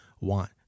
want